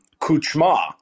Kuchma